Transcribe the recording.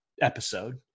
episode